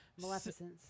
Maleficence